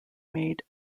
made